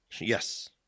Yes